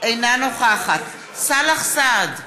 אינה נוכחת סאלח סעד,